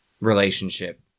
relationship